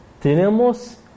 tenemos